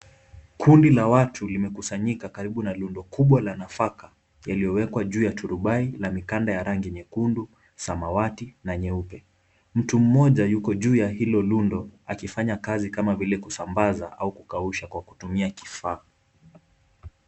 Kundi la watu limekusanyika karibu na rundo kubwa la nafaka yaliyowekwa juu ya turubai na mikanda ya rangi nyekundu, samawati na nyeupe. Mtu mmoja yuko juu ya hilo rundo, akifanya kazi kama vile kusambaza au kukausha kwa kutumia kifaa.